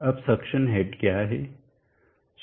अब suction head क्या है